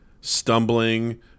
stumbling